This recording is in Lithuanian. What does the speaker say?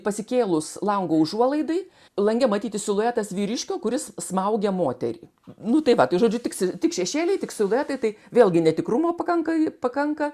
pasikėlus lango užuolaidai lange matyti siluetas vyriškio kuris smaugia moterį nu tai va tai žodžiu tiks tik šešėliai tik siluetai tai vėlgi netikrumo pakanka i pakanka